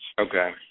Okay